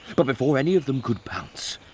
but before any of them could pounce,